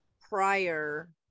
prior